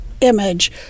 image